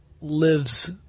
lives